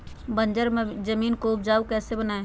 बंजर जमीन को उपजाऊ कैसे बनाय?